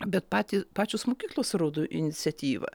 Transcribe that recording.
bet patį pačios mokyklos rodo iniciatyvą